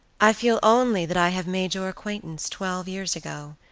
i feel only that i have made your acquaintance twelve years ago,